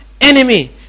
enemy